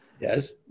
yes